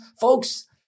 Folks